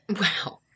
Wow